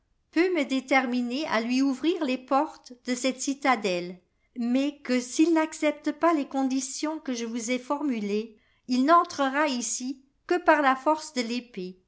peut ne déterminer à lui ouvrir les portes de cette ci tadelle mais que s'il naccepte pas les conditions que je vous ai formulées il n'entrera ici que par la force de l'épée